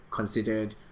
considered